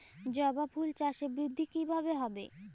জবা ফুল চাষে বৃদ্ধি কিভাবে হবে?